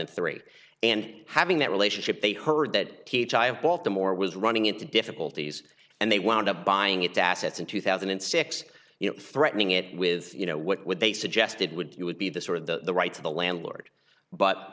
and three and having that relationship they heard that th i of baltimore was running into difficulties and they wound up buying it assets in two thousand and six you know threatening it with you know what would they suggested would do would be the sort of the rights of the landlord but